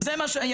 זה מה שהיה,